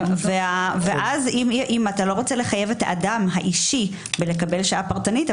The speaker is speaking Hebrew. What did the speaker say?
ואם אינך רוצה לחייב את האדם האישי לקבל שעה פרטנית,